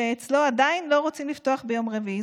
שאצלו עדיין לא רוצים לפתוח ביום רביעי.